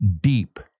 deep